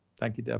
thank you, deb.